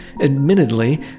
admittedly